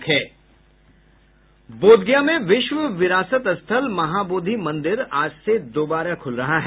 बोधगया में विश्व विरासत स्थल महाबोधिर मंदिर आज से दोबारा खुल रहा है